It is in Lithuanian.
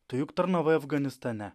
tu juk tarnavai afganistane